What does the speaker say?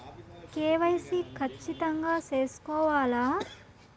KYC ఖచ్చితంగా సేసుకోవాలా